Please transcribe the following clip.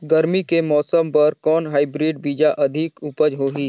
गरमी के मौसम बर कौन हाईब्रिड बीजा अधिक उपज होही?